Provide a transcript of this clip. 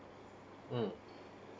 mm